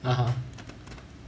(uh huh)